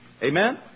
Amen